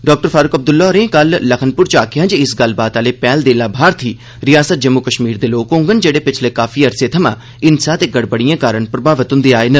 doctor Farooq Abdullah होरें कल लखनपुर च आखेआ जे इस गल्लबात आह्ले पैह्ल दे लाभार्थी रिआसत जम्मू कष्मीर दे लोक होङन जेह्डे पिच्छले काफी अर्से थमां हिंसा दे गड़बड़िएं कारण प्रभावत हुंदे आए न